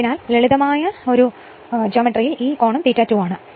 അതിനാൽ ലളിതമായ ജ്യാമിതിയിൽ നിന്ന് ഇത് കോണും ∅2 ആണ്